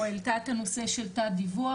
העלתה את הנושא של תא הדיווח,